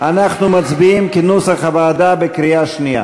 בקריאה שנייה.